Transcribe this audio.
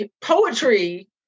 poetry